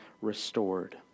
restored